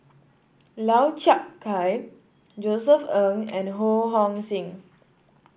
Lau Chiap Khai Josef Ng and Ho Hong Sing